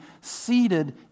seated